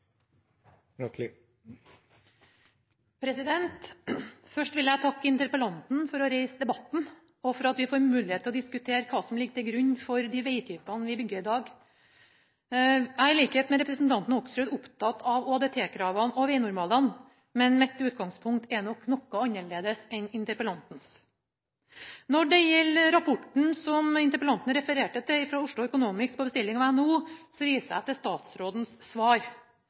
Først vil jeg takke interpellanten for å reise debatten og for at vi får mulighet til å diskutere hva som ligger til grunn for de vegtypene vi bygger i dag. I likhet med representanten Hoksrud er jeg opptatt av ÅDT-kravene og vegnormalene, men mitt utgangspunkt er nok noe annerledes enn interpellantens. Når det gjelder rapporten som interpellanten refererte til fra Oslo Economics på bestilling fra NHO, viser jeg til statsrådens svar.